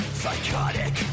psychotic